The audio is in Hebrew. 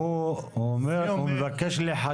הוא מבקש למחוק את זה.